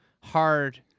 hard